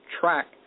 track